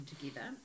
together